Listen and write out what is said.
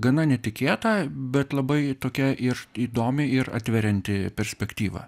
gana netikėta bet labai tokia ir įdomi ir atverianti perspektyvą